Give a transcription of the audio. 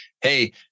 hey